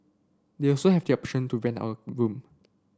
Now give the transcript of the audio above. they also have the option to rent out a room